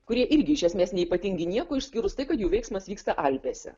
kurie irgi iš esmės neypatingi nieko išskyrus tai kad jų veiksmas vyksta alpėse